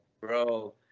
Bro